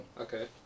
Okay